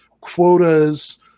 quotas